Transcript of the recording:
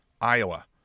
Iowa